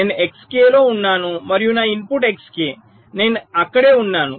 నేను Xk లో ఉన్నాను మరియు నా ఇన్పుట్ Xk నేను అక్కడే ఉన్నాను